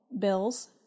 bills